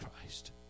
Christ